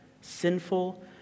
sinful